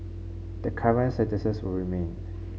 the current sentences will remain